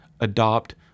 adopt